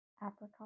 Apricot